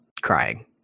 crying